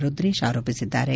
ರುದ್ರೇಶ್ ಆರೋಪಿಸಿದ್ದಾರೆ